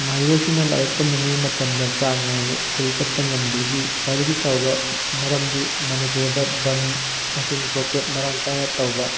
ꯃꯍꯩꯔꯣꯏꯁꯤꯡꯅ ꯂꯥꯏꯔꯤꯛ ꯇꯝꯂꯤꯉꯩ ꯃꯇꯝꯗ ꯆꯥꯡ ꯅꯥꯏꯅ ꯁ꯭ꯀꯨꯜ ꯆꯠꯄ ꯉꯝꯗꯕꯒꯤ ꯈ꯭ꯋꯥꯏꯗꯒꯤ ꯆꯥꯎꯕ ꯃꯔꯝꯗꯤ ꯃꯅꯤꯄꯨꯔꯗ ꯕꯟ ꯑꯃꯁꯨꯡ ꯕ꯭ꯂꯣꯀꯦꯗ ꯃꯔꯥꯡ ꯀꯥꯏꯅ ꯇꯧꯕ